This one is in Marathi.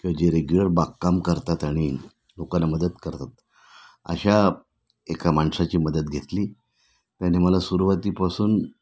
किंवा जे रेग्युलर बागकाम करतात आणि लोकांना मदत करतात अशा एका माणसााची मदत घेतली त्याने मला सुरुवातीपासून